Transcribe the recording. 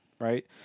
right